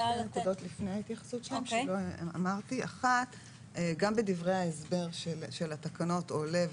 גם בדברי ההסבר של התקנות עולה,